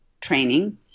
training